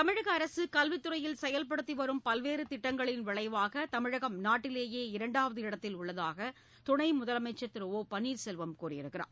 தமிழக அரசு கல்வித்துறையில் செயல்படுத்தி வரும் பல்வேறு திட்டங்களின் விளைவாக தமிழகம் நாட்டிலேயே இரண்டாவது இடத்தில் உள்ளதாக துணை முதலமைச்சர் திரு ஓ பன்னீர்செல்வம் கூறியிருக்கிறார்